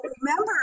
remember